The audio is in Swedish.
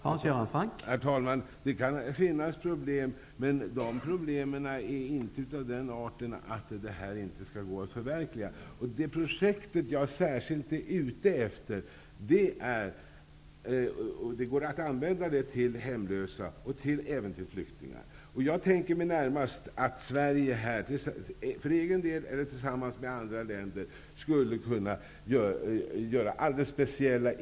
Brobolaget Swedab har i en kampanj riktat sig till skånska 11-åringar. Vad som gör denna kampanj i hög grad tvivelaktig är att den passerar gränsen mellan information och indoktrinering. Det finns anledning att ifrågasätta omdömet hos ledningen i ett statsägt bolag som i en situation där remisstiden ännu inte gått ut och miljöprövningen just har börjat inte kan skilja mellan propaganda för barn och information om argumenten för och emot en bro.